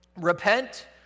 Repent